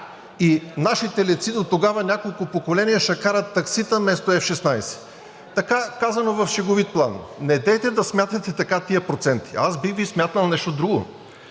И нашите летци дотогава, няколко поколения, ще карат таксита вместо F-16. Така казано, в шеговит план. Недейте да смятате така тези проценти. Аз бих Ви смятал нещо друго